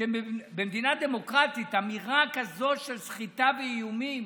שבמדינה דמוקרטית, אמירה כזאת של סחיטה ואיומים